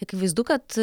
akivaizdu kad